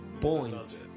point